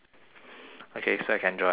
okay so I can draw anything I like